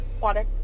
Water